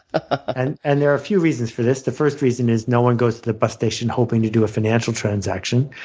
and and there are a few reasons for this. the first reason is no one goes to the bus station hoping to do a financial transaction.